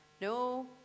No